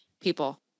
People